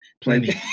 Plenty